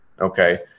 Okay